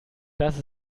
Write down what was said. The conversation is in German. das